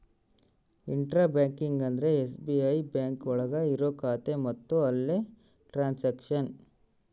intra banking ಅಂದ್ರೆ SBI bank ಒಳಗ ಇರೋ ಖಾತೆ ಮತ್ತು ಅಲ್ಲೇ ಟ್ರನ್ಸ್ಯಾಕ್ಷನ್